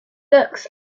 looks